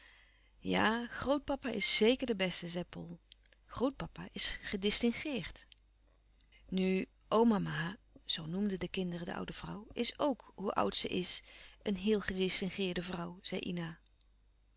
grootpapa is zeker de beste zei pol grootpapa is gedistingeerd louis couperus van oude menschen de dingen die voorbij gaan nu omama zoo noemden de kinderen de oude vrouw is ook hoe oud ze is een heel gedistingeerde vrouw zei ina